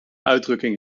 uitdrukking